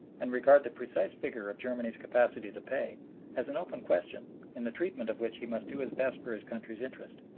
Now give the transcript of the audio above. and regard the precise figure of germany's capacity to pay as an open question in the treatment of which he must do his best for his country's interests.